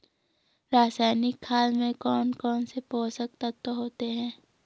रासायनिक खाद में कौन कौन से पोषक तत्व होते हैं?